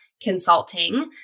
consulting